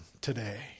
today